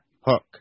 Hook